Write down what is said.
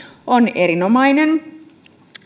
on erinomainen